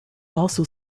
also